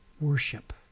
worship